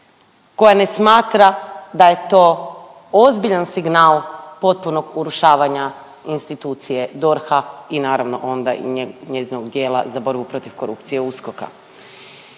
koja ne smatra da je to ozbiljan signal potpunog urušavanja institucije DORH-a i naravno onda i njezinog dijela za borbu protiv korupcije USKOK-a,